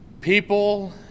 People